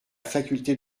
faculté